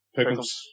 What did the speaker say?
Pickles